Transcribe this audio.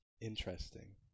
Interesting